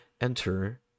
enter